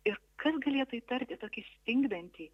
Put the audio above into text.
ir kas galėtų įtarti tokį stingdantį